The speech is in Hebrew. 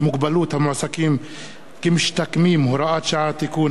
המועסקים כמשתקמים (הוראת שעה) (תיקון),